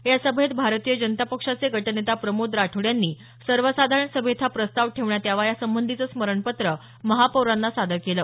या सभेत भारतीय जनता पक्षाचे गटनेता प्रमोद राठोड यांनी सर्वसाधारण सभेत हा प्रस्ताव ठेवण्यात यावा यासंबंधीचं स्मरणपत्र महापौरांना सादर केलं